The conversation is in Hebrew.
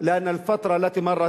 והשפה שלנו היא